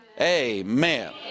Amen